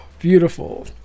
Beautiful